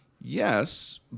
yes